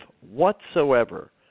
whatsoever